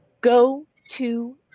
go-to